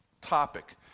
topic